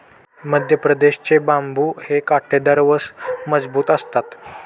मध्यप्रदेश चे बांबु हे काटेदार व मजबूत असतात